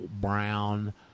brown